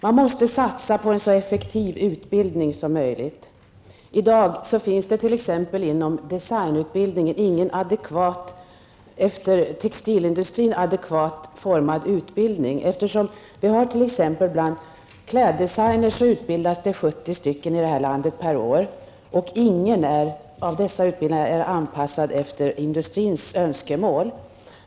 Man måste satsa på en så effektiv utbildning som möjligt. I dag finns det t.ex. inom designerutbildningen ingen efter textilindustrin adekvat utformad utbildning. Det utbildas 70 kläddesigner i det här landet varje år, men ingen utbildning är anpassad efter industrins önskemål.